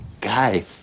guy